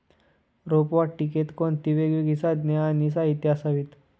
रोपवाटिकेत कोणती वेगवेगळी साधने आणि साहित्य असावीत?